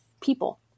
people